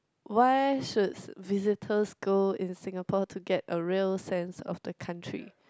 where should visitors go in Singapore to get a real sense of the country